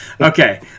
okay